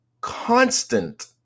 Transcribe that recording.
constant